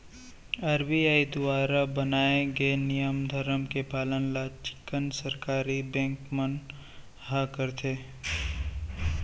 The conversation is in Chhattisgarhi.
आर.बी.आई दुवारा बनाए गे नियम धरम के पालन ल चिक्कन सरकारी बेंक मन ह करथे